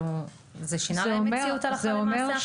זה שינה להם במציאות הלכה למעשה עכשיו?